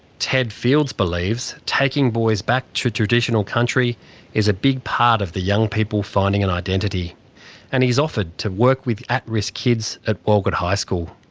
ted fields believes taking boys back to traditional country is a big part of the young people finding an identity and he has offered to work with at-risk kids at walgett high school.